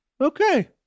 okay